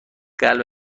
قلب